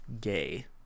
gay